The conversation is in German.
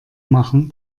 machen